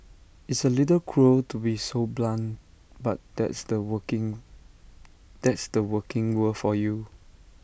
it's A little cruel to be so blunt but that's the working that's the working world for you